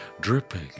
dripping